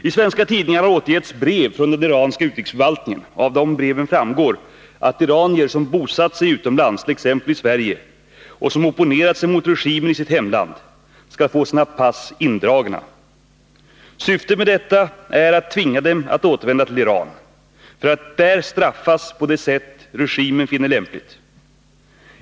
I svenska tidningar har återgetts brev från den iranska utrikesförvaltningen. Av dessa framgår att iranier som har bosatt sig utomlands, t.ex. i Sverige, och som har opponerat sig mot regimen i sitt hemland skall få sina pass indragna. Syftet med detta är att tvinga dem att återvända till Iran för att där straffas på det sätt som regimen finner lämpligt.